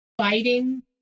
fighting